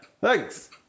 Thanks